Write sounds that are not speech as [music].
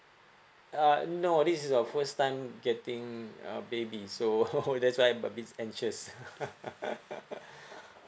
uh no this is our first time getting uh baby so [laughs] hope that's why I'm bit anxious [laughs]